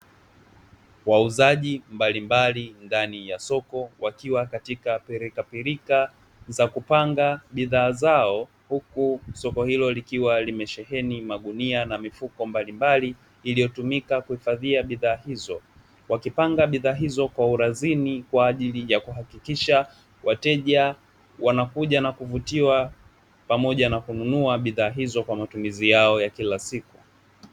Wauzaji mbalimbali ndani ya soko wakiwa katika pilikapilika za kupanga bidhaa zao huku soko hilo likiwa limesheheni magunia na mifuko mbalimbali iliyotumika kuhifadhia bidhaa hizo wakipanga bidhaa hizo kwa urazini kwa ajili ya kuhakikisha wateja wanakuja na kuvutiwa pamoja na kununua bidhaa hizo kwa matumizi yao ya kila siku.